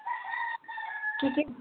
কি কি